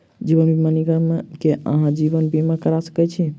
जीवन बीमा निगम मे अहाँ जीवन बीमा करा सकै छी